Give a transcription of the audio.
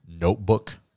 notebook